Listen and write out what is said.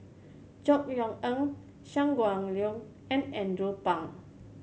Chor Yeok Eng Shangguan Liuyun and Andrew Phang